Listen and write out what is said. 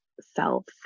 self